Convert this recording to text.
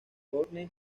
courtney